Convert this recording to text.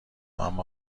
اما